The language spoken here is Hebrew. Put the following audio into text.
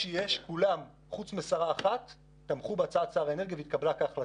וכולם חוץ משרה אחת תמכו בהצעת שר האנרגיה והיא התקבלה כהחלטה.